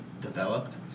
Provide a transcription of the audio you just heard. developed